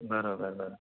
बरोबर बरं